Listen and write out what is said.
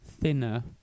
thinner